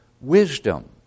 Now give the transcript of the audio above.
wisdom